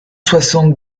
soixante